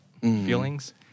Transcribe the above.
feelings